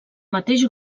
mateix